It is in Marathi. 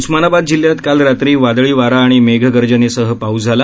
उस्मानाबाद जिल्ह्यात काल रात्री वादळी वारा आणि मेघ गर्जनेसह पाऊस झाला